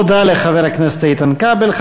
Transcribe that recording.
תודה לחבר הכנסת איתן כבל.